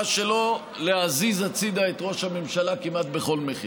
שלו להזיז הצידה את ראש הממשלה כמעט בכל מחיר.